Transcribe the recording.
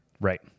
Right